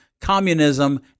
Communism